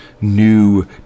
new